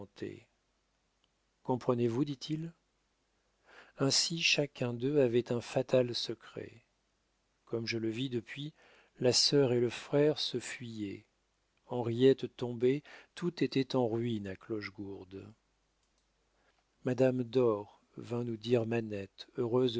comprenez-vous dit-il ainsi chacun d'eux avait un fatal secret comme je le vis depuis la sœur et le frère se fuyaient henriette tombée tout était en ruine à clochegourde madame dort vint nous dire manette heureuse